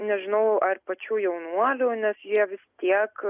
nežinau ar pačių jaunuolių nes jie vis tiek